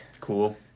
Cool